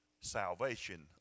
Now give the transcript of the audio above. salvation